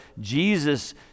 Jesus